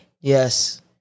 Yes